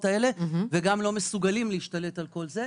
האלה וגם לא מסוגלים להשתלט על כל זה.